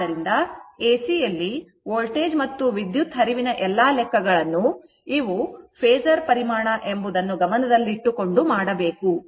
ಆದ್ದರಿಂದ AC ಯಲ್ಲಿ voltage ಮತ್ತು ವಿದ್ಯುತ್ ಹರಿವಿನ ಎಲ್ಲಾ ಲೆಕ್ಕಗಳನ್ನು ಇವು ಫೇಸರ್ ಪರಿಮಾಣ ಎಂಬುದನ್ನು ಗಮನದಲ್ಲಿಟ್ಟುಕೊಂಡು ಮಾಡಬೇಕು